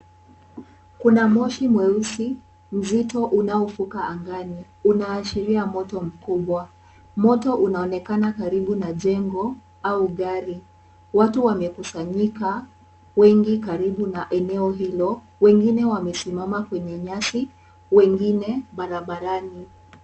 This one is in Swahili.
Kuna moshi mweusi mzito unaofuka angani, unaashiria moto mkubwa. Moto unaonekana karibu na jengo au gari. Watu wamekusanyika wengi karibu na eneo hilo, wengine wamesimama kwenye nyasi, wengine barabarani.